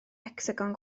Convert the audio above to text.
hecsagon